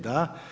Da.